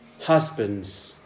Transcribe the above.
husbands